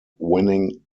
winning